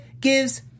gives